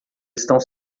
estão